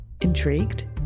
Intrigued